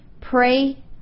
pray